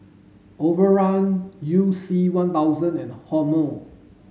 Overrun You C one thousand and Hormel